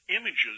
images